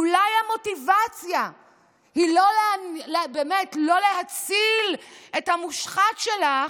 אולי המוטיבציה היא לא באמת להציל את המושחת שלך,